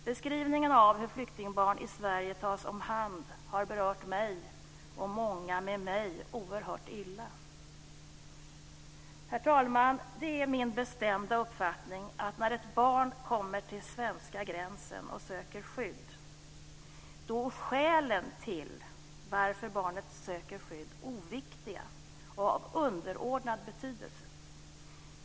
Beskrivningen av hur flyktingbarn i Sverige tas om hand har upprört mig och många med mig oerhört illa. Herr talman! Det är min bestämda uppfattning att när ett barn kommer till svenska gränsen och söker skydd är skälen till att barnet söker hjälp oviktiga och av underordnad betydelse.